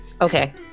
Okay